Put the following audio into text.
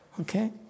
Okay